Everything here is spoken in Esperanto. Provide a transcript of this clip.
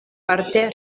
parte